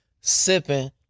sipping